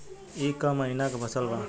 ई क महिना क फसल बा?